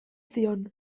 zion